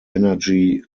energy